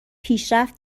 پیشرفت